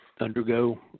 undergo